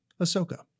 Ahsoka